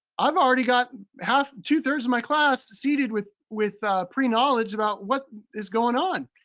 i've already got half, two-thirds of my class seated with with pre-knowledge about what is going on.